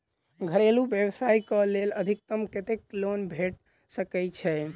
घरेलू व्यवसाय कऽ लेल अधिकतम कत्तेक लोन भेट सकय छई?